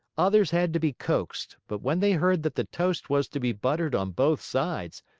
others had to be coaxed, but when they heard that the toast was to be buttered on both sides,